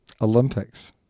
Olympics